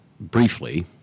Briefly